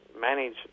manage